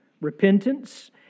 Repentance